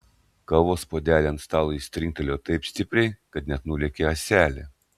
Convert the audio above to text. kavos puodelį ant stalo jis trinktelėjo taip stipriai kad net nulėkė ąselė